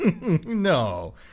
No